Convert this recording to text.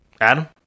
Adam